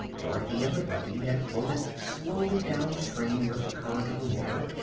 dorothy and the buggy had floated slowly down stream with the current of the water,